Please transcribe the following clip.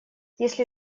если